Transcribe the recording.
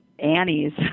Annie's